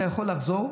אתה יכול לחזור,